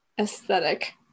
Aesthetic